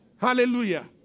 Hallelujah